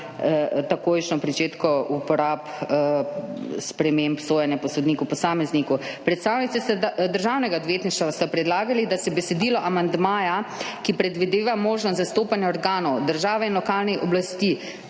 takojšnjemu pričetku uporab sprememb sojenja po sodniku posamezniku. Predstavnici Državnega odvetništva sta predlagali, da se besedilo amandmaja, ki predvideva možnost zastopanja organov državne in lokalne oblasti